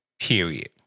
Period